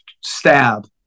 stab